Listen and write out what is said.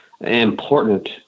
important